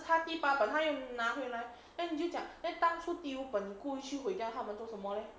她的爸爸他要拿回来 then 你就讲 then 当初丢 but 你故意去毁掉他们做什么嘞